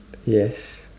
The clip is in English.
yes